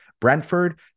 Brentford